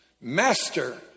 Master